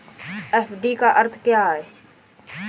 FD का अर्थ क्या है?